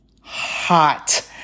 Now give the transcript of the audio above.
Hot